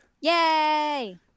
Yay